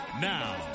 Now